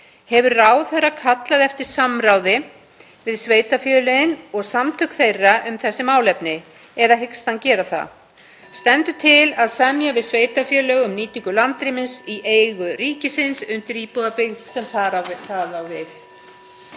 Hefur ráðherra kallað eftir samráði við sveitarfélögin og samtök þeirra um þessi málefni eða hyggst hann gera það? (Forseti hringir.) Stendur til að semja við sveitarfélög um nýtingu landrýmis í eigu ríkisins undir íbúðabyggð þar sem það á við?